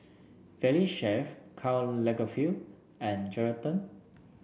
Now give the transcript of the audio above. Valley Chef Karl Lagerfeld and Geraldton